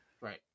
right